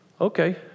Okay